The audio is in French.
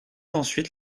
ensuite